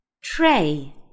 Tray